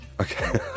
Okay